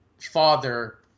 father